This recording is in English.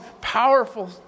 powerful